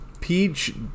Peach